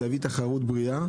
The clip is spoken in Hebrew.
זה יביא תחרות בריאה,